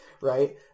right